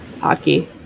hockey